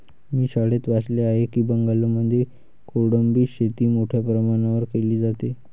मी शाळेत वाचले आहे की बंगालमध्ये कोळंबी शेती मोठ्या प्रमाणावर केली जाते